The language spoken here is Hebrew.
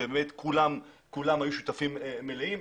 באמת כולם היו שותפים מלאים,